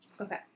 Okay